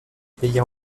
pays